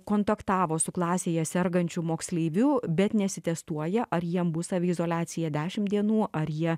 kontaktavo su klasėje sergančiu moksleiviu bet nesitestuoja ar jiem bus saviizoliacija dešimt dienų ar jie